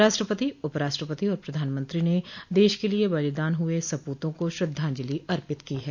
राष्ट्रपति उपराष्ट्रपति और प्रधानमंत्री ने देश के लिये बलिदान हुए सपूतों को श्रद्धांजलि अर्पित की है